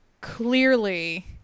clearly